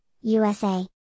USA